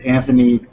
Anthony